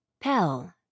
Pell